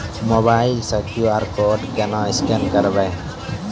Mobile से QR code केना scan करबै?